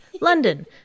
London